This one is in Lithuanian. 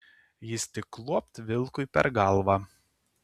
jis tik luopt vilkui per galvą